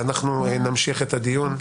ואנחנו נמשיך את הדיון.